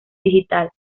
digital